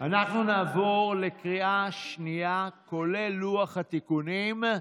אנחנו נעבור לקריאה שנייה, כולל לוח התיקונים.